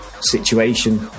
situation